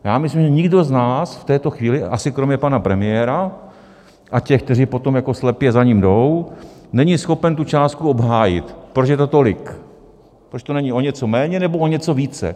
Já myslím, že nikdo z nás v této chvíli asi kromě pana premiéra a těch, kteří potom jako slepě za ním jdou není schopen tu částku obhájit, proč je to tolik, proč to není o něco méně nebo o něco více.